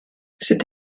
cette